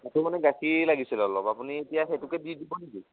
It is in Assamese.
সেইটো মানে গাখীৰ লাগিছিল অলপ আপুনি এতিয়া সেইটোকে দি দিব নেকি